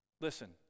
Listen